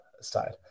side